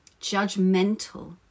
judgmental